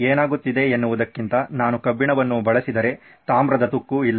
ಏನಾಗುತ್ತಿದೆ ಎನ್ನುವುದಕ್ಕಿಂತ ನಾನು ಕಬ್ಬಿಣವನ್ನು ಬಳಸಿದರೆ ತಾಮ್ರದ ತುಕ್ಕು ಇಲ್ಲ